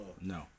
No